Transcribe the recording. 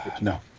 No